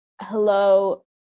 hello